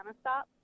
stop